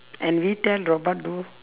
and we tell robot do